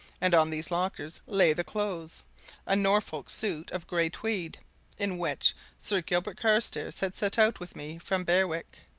and on these lockers lay the clothes a norfolk suit of grey tweed in which sir gilbert carstairs had set out with me from berwick.